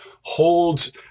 holds